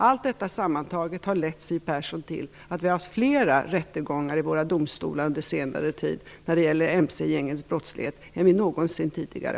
Allt detta sammantaget, Siw Persson, har lett till att vi under senare tid har haft flera rättegångar i våra domstolar när det gäller MC-gängens brottslighet än någonsin tidigare.